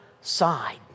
side